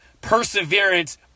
perseverance